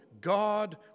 God